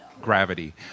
gravity